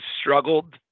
struggled